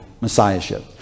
Messiahship